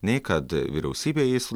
nei kad vyriausybė jais